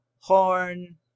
HORN